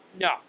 No